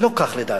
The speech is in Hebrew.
ולא כך, לדעתי.